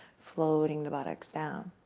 floating the buttocks down.